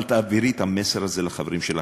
אבל תעבירי את המסר הזה לחברים שלך,